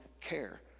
care